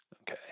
Okay